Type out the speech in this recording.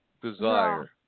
Desire